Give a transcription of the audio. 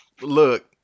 Look